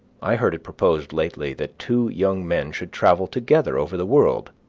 i heard it proposed lately that two young men should travel together over the world,